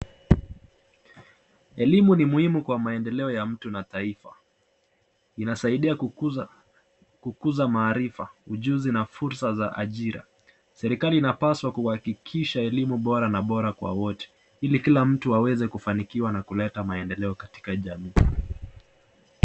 Elimu ni muhimu kwa maendeleo ya mtu na taifa. Inasaidia kukuza maarifa, ujuzi na fursa za ajira. Serikali inapaswa kuhakikisha elimu bora na bora kwa wote ili kila mtu aweze kufanikiwa na kuleta maendeleo katika jamii.